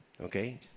Okay